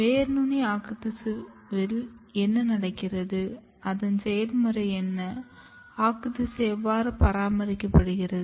வேர் நுனி ஆக்குத்திசுவில் என்ன நடக்கிறது அதன் செயல்முறை என்ன ஆக்குத்திசு எவ்வாறு பராமரிக்கப்படுகிறது